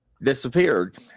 disappeared